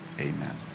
Amen